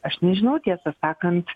aš nežinau tiesą sakant